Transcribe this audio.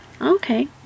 Okay